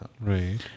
Right